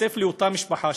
התווסף לאותה משפחה,